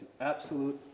absolute